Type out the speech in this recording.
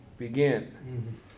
Begin